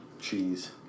cheese